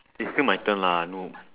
it's still my turn lah no